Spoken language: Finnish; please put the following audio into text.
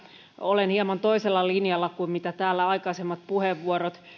olen itse hieman toisella linjalla kuin täällä aikaisemmat puheenvuorot